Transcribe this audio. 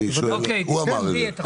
אני שואל, הוא אמר את זה.